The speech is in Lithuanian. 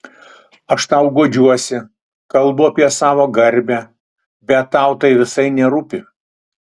aš tau guodžiuosi kalbu apie savo garbę bet tau tai visai nerūpi